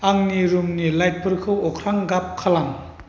आंनि रुमनि लाइटफोरखौ अख्रां गाब खालाम